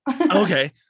okay